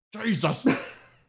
Jesus